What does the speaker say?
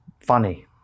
funny